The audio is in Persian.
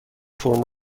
فرم